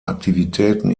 aktivitäten